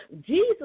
Jesus